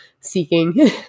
seeking